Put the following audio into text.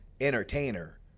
entertainer